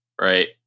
right